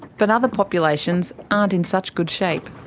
but other populations aren't in such good shape.